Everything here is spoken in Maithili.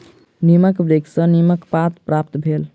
नीमक वृक्ष सॅ नीमक पात प्राप्त भेल